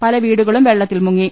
പല വീടുകളും വെള്ളത്തിൽ മുങ്ങി